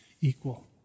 equal